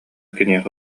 киниэхэ